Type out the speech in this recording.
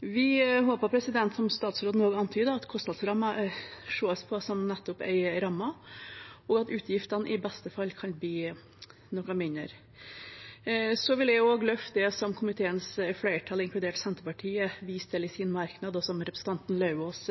Vi håper, som statsråden også antyder, at kostnadsrammen ses på som nettopp ei ramme, og at utgiftene i beste fall kan bli noe mindre. Jeg vil også løfte det som komiteens flertall, inkludert Senterpartiet, viser til i sin merknad, og som representanten Lauvås